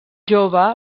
jove